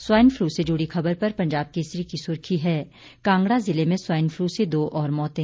swine flu से जुड़ी खबर पर पंजाब केसरी की सुर्खी है कांगड़ा जिले में स्वाइन फ्लू से दो और मौतें